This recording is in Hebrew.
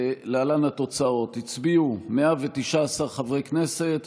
ולהלן התוצאות: הצביעו 119 חברי כנסת,